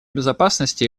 безопасности